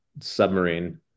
submarine